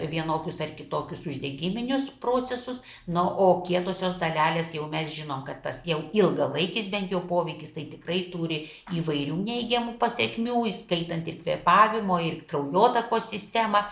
vienokius ar kitokius uždegiminius procesus na o kietosios dalelės jau mes žinom kad tas jau ilgalaikis bent jau poveikis tai tikrai turi įvairių neigiamų pasekmių įskaitant ir kvėpavimo ir kraujotakos sistemą